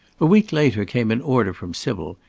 a week later came an order from sybil,